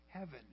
heaven